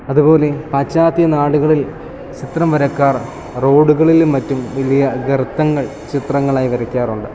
അതുപോലെ പാശ്ചാത്യ നാടുകളിൽ ചിത്രം വരക്കാരൻ റോഡുകളിലും മറ്റും വലിയ ഗർത്തങ്ങൾ ചിത്രങ്ങളായി വരയ്ക്കാറുണ്ട്